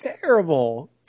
terrible